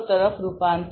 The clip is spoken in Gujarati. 0 તરફ રૂપાંતર